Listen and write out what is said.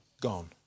gone